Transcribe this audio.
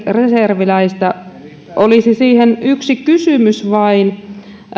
reserviläistä olisi siihen yksi kysymys vain